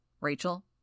Rachel